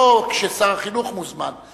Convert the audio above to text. לא כששר החינוך מוזמן,